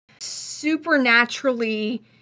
supernaturally